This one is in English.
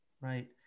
right